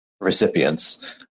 recipients